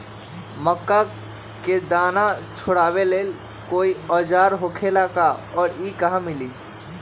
मक्का के दाना छोराबेला कोई औजार होखेला का और इ कहा मिली?